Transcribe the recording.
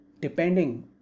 depending